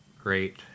great